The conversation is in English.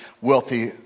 wealthy